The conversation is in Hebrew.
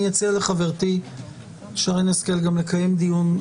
אני אציע לחברתי שרן השכל גם לקיים דיון.